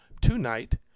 tonight